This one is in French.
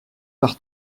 par